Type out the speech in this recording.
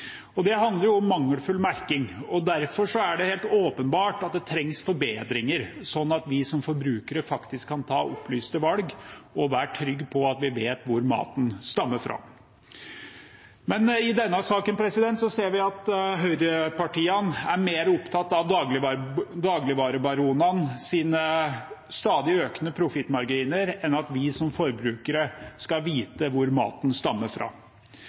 Det handler om mangelfull merking. Derfor er det helt åpenbart at det trengs forbedringer, slik at vi som forbrukere faktisk kan ta opplyste valg og være trygge på at vi vet hvor maten stammer fra. Men i denne saken ser vi at høyrepartiene er mer opptatt av dagligvarebaronenes stadig økende profittmarginer enn av at vi som forbrukere skal vite hvor maten stammer fra.